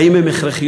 האם הן הכרחיות,